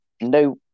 no